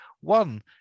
One